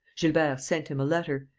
gilbert sent him a letter.